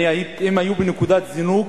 הם היו בנקודת זינוק